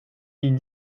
fille